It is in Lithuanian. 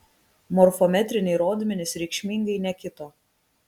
morfometriniai rodmenys reikšmingai nekito